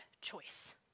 choice